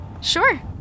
Sure